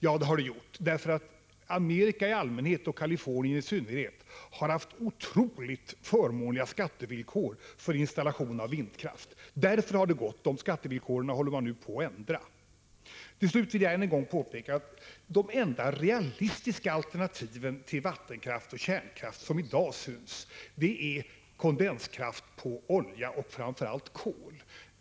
Ja, det har gått, därför att USA i allmänhet och Kalifornien i synnerhet har haft otroligt förmånliga skattevillkor för installation av vindkraft. Därför har det gått. De skattevillkoren håller man nu på att ändra. Jag vill till slut påpeka än en gång, att de enda realistiska alternativ till vattenkraft och kärnkraft som man kan se i dag är kondenskraft från olja och framför allt kol.